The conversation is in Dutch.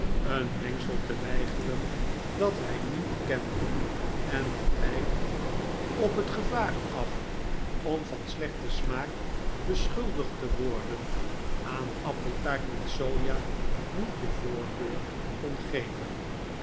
een mengsel te weigeren dat hij niet kende en dat hij op het gevaar af om van slechten smaak beschuldigd te worden aan appeltaart met soja niet de voorkeur kon geven